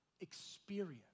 experience